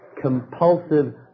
compulsive